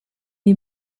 est